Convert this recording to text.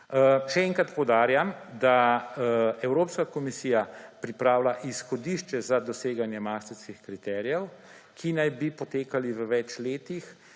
Še enkrat poudarjam, da Evropska komisija pripravlja izhodišče za doseganje Maastrichtskih kriterijev, ki naj bi potekali v več letih,